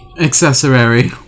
Accessory